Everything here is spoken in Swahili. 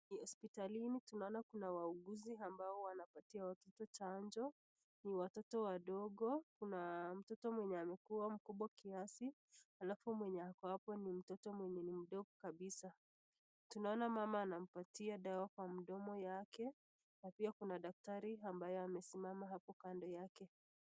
Ni hospitalini tunaona kuna wauguzi ambao wanapatia watoto chanjo, ni watoto wadogo kuna mtoto mwenye amekuwa mkubwa kiasi alafu mwenye ako hapa ni mtoto mdogo kabisa , tunaona mama anampatia dawa kwa mdomo yake, na pia kuna daktari amesimama kando yake.